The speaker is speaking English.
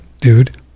dude